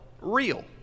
real